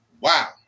Wow